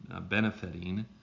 benefiting